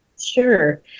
Sure